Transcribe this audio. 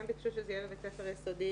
הם ביקשו שזה יהיה בבית ספר יסודי.